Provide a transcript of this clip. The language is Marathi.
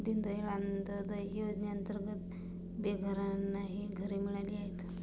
दीनदयाळ अंत्योदय योजनेअंतर्गत बेघरांनाही घरे मिळाली आहेत